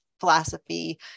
philosophy